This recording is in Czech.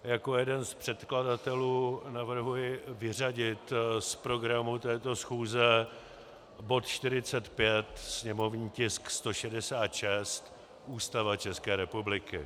Jako jeden z předkladatelů navrhuji vyřadit z programu této schůze bod 45, sněmovní tisk 166 Ústava České republiky.